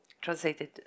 translated